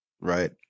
right